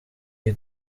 iyi